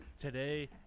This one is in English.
Today